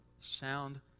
sound